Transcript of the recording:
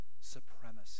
supremacy